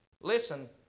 Listen